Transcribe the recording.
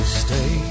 stay